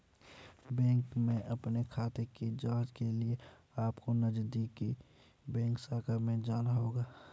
bank में अपने खाते की जांच के लिए अपको नजदीकी बैंक शाखा में जाना होगा